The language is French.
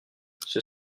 c’est